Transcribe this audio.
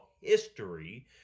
history